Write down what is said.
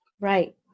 Right